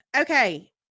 Okay